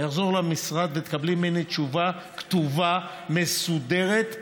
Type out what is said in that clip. אני אחזור למשרד ותקבלי ממני תשובה כתובה, מסודרת,